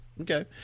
Okay